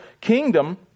kingdom